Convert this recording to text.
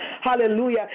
Hallelujah